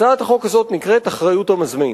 הצעת החוק נקראת: אחריות המזמין.